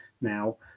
now